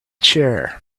chair